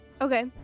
Okay